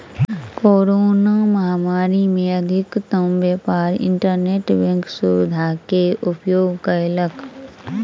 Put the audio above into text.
corona महामारी में अधिकतम व्यापार इंटरनेट बैंक सुविधा के उपयोग कयलक